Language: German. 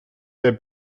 der